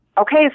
okay